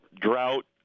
drought